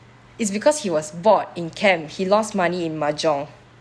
is because he was bored in camp he lost money in mahjong